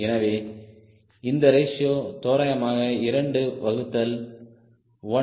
எனவே இந்த ரேஷியோ தோராயமாக 2 வகுத்தல் 1